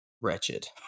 wretched